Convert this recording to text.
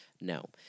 no